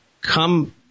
come